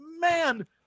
man